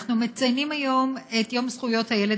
אנחנו מציינים היום את היום הבין-לאומי לזכויות הילד,